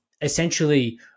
essentially